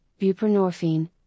buprenorphine